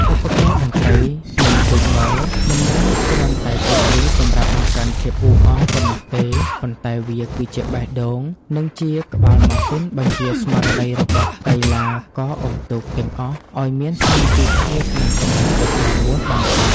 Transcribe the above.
ឧបករណ៍តន្ត្រី និងទូកង មិនមែនគ្រាន់តែជាគ្រឿងសម្រាប់បង្កើនភាពអ៊ូអរប៉ុណ្ណោះទេ ប៉ុន្តែវាគឺជាបេះដូង និងជាក្បាលម៉ាស៊ីនបញ្ជាស្មារតីរបស់កីឡាករអុំទូកទាំងអស់ឱ្យមានសាមគ្គីភាព និងកម្លាំងចិត្តមាំមួនបំផុត។